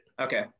Okay